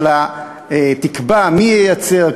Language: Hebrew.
תקבע מי ייצר,